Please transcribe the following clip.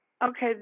Okay